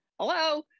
hello